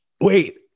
Wait